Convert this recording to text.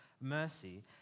mercy